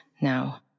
now